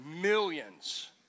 Millions